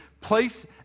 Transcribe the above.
place